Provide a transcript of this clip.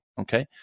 Okay